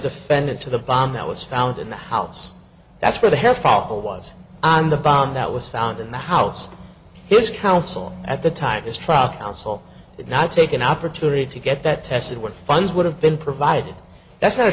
defendant to the bomb that was found in the house that's where the hair follicle was on the bomb that was found in the house his counsel at the time is truck household would not take an opportunity to get that tested what funds would have been provided that